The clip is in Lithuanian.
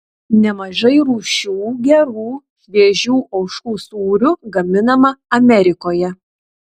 nemažai rūšių gerų šviežių ožkų sūrių gaminama amerikoje